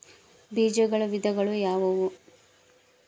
ಬೇಜಗಳ ವಿಧಗಳು ಯಾವುವು?